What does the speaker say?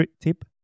tip